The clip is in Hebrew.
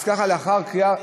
אז ככה, לאחר קריאה,